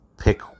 pick